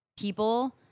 people